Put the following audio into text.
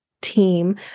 team